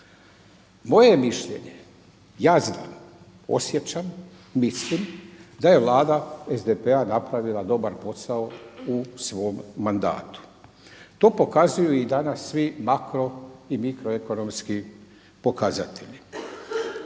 je mišljenje, ja osjećam, mislim, da je Vlada SDP-a napravila dobar posao u svom mandatu. To pokazuju i danas svi makro i mikro ekonomski pokazatelji.